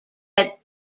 that